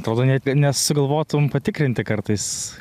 atrodo net nesugalvotum patikrinti kartais